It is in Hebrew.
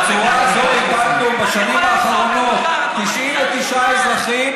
בצורה הזאת איבדנו בשנים האחרונות 99 אזרחים